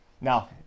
Now